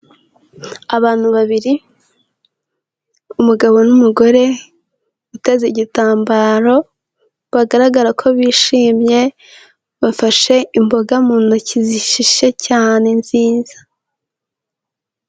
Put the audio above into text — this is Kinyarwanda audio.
Abantu babiri, umugabo n'umugore, uteze igitambaro, bagaragara ko bishimye, bafashe imboga mu ntoki zishishye cyane nziza.